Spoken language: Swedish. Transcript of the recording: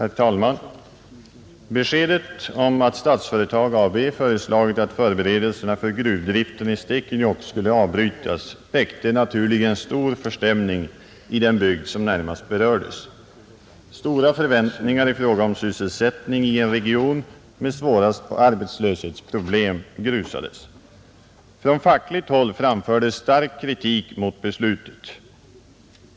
Herr talman! Beskedet om att Statsföretag AB föreslagit att förbere delserna för gruvdriften i Stekenjokk skulle avbrytas väckte naturligen stor förstämning i den bygd som närmast berördes. Stora förväntningar i fråga om sysselsättning i en region med svåra arbetslöshetsproblem grusades, Från fackligt håll framfördes stark kritik mot beslutet.